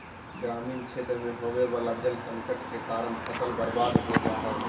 ग्रामीण क्षेत्र मे होवे वला जल संकट के कारण फसल बर्बाद हो जा हय